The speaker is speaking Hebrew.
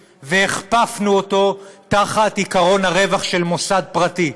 והכפפנו אותו לעקרון הרווח של מוסד פרטי,